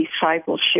discipleship